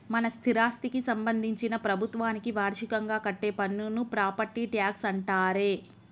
మన స్థిరాస్థికి సంబందించిన ప్రభుత్వానికి వార్షికంగా కట్టే పన్నును ప్రాపట్టి ట్యాక్స్ అంటారే